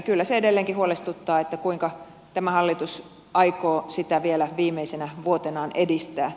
kyllä se edelleenkin huolestuttaa kuinka tämä hallitus aikoo sitä vielä viimeisenä vuotenaan edistää